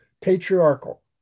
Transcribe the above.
patriarchal